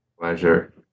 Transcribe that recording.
pleasure